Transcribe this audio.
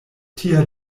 tia